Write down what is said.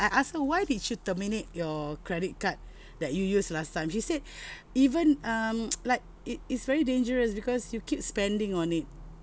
I ask her why did you terminate your credit card that you use last time she said even um like it is very dangerous because you keep spending on it